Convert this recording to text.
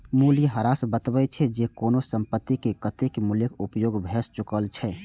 मूल्यह्रास बतबै छै, जे कोनो संपत्तिक कतेक मूल्यक उपयोग भए चुकल छै